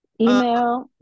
Email